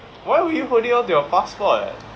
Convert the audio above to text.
why were you holding on to your passport